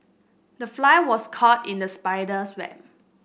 the fly was caught in the spider's web